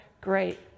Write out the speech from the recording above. great